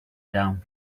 down